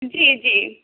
جی جی